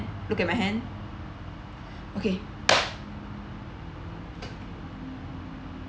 look at my hand okay